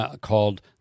called